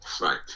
Right